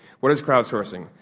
what is crowd servicing?